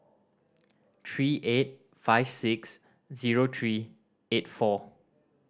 three eight five six zero three eight four